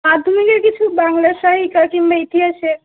মাধ্যমিকের কিছু বাংলা সহায়িকা কিংবা ইতিহাসের